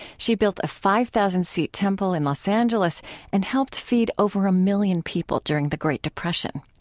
she built a five thousand seat temple in los angeles and helped feed over a million people during the great depression.